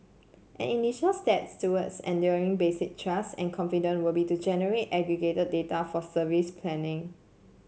an initial step towards engendering basic trust and confidence would be to generate aggregated data for service planning